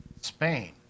Spain